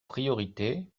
priorités